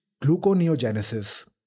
gluconeogenesis